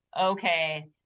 okay